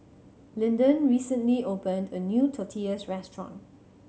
Linden recently opened a new Tortillas Restaurant